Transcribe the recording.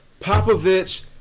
Popovich